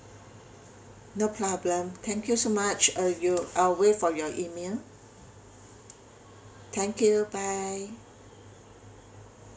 no problem thank you so much uh you I'll wait for your email thank you bye